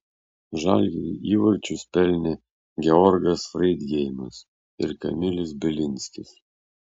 žalgiriui įvarčius pelnė georgas freidgeimas ir kamilis bilinskis